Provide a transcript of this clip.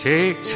Take